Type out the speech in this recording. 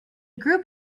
group